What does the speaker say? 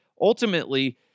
ultimately